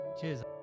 Cheers